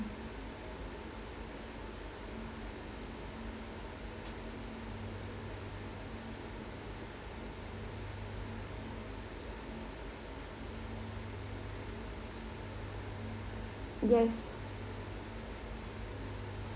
yes